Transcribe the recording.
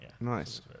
nice